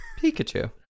Pikachu